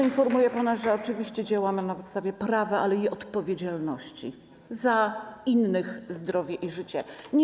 Informuję pana, że oczywiście działamy na podstawie prawa, ale i odpowiedzialności za zdrowie i życie innych.